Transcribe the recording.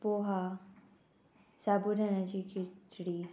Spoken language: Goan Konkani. पोहा साबू दाणाची खिचडी